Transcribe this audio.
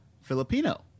Filipino